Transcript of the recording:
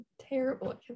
Terrible